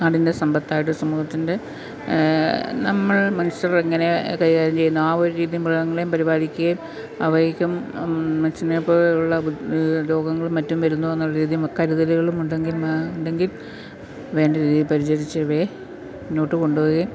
നാടിൻ്റെ സമ്പത്തായിട്ട് സമൂഹത്തിൻ്റെ നമ്മൾ മനുഷ്യരെങ്ങനെ കൈകാര്യം ചെയ്യുന്നോ ആ ഒരു രീതി മൃഗങ്ങളെയും പരിപാലിക്കുകയും അവയ്ക്കും മനുഷ്യനെപ്പോലെ ഉള്ള രോഗങ്ങളും മറ്റും വരുന്നുവെന്നുള്ള രീതിയിൽ കരുതലുകളുമുണ്ടെങ്കിൽ ഉണ്ടെങ്കിൽ വേണ്ട രീതിയിൽ പരിചരിച്ചവയെ മുന്നോട്ട് കൊണ്ടുപോവുകയും